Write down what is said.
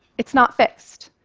it's not fixed.